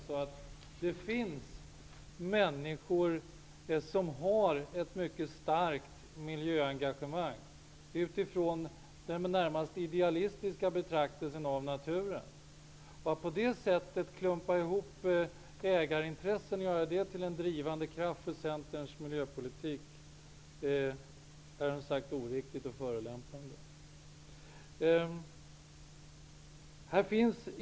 Det finns faktiskt människor som har ett mycket starkt miljöengagemang utifrån en närmast idealistisk betraktelse av naturen. Att på det här sättet klumpa ihop ägarintressen och göra det till en drivande kraft för Centerns miljöpolitik är, som sagt, oriktigt och förolämpande.